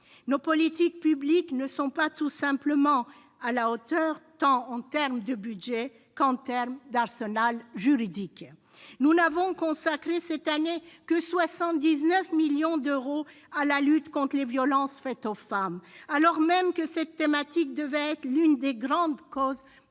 Nos politiques publiques ne sont tout simplement pas à la hauteur, tant sur le plan budgétaire qu'en termes d'arsenal juridique. Nous n'avons consacré cette année que 79 millions d'euros à la lutte contre les violences faites aux femmes, alors même que celle-ci devait être l'une des grandes causes